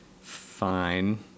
fine